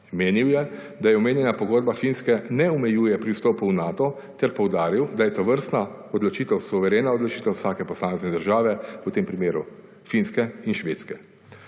Menil je, da omenjena pogodba Finske ne omejuje pri vstopu v Nato ter poudaril, da je tovrstna odločitev suverena odločitev vsake posamezne države, v tem primeru Finske in Švedske.